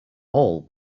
all